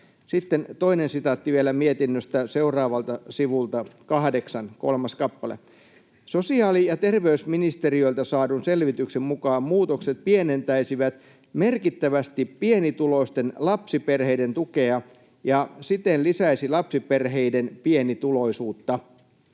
Sitten vielä sitaatti mietinnöstä, seuraavalta sivulta 8, kolmas kappale: ”Sosiaali- ja terveysministeriöltä saadun selvityksen mukaan muutokset pienentäisivät merkittävästi pienituloisten lapsiperheiden tukea ja siten lisäisivät lapsiperheiden pienituloisuutta.”